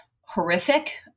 horrific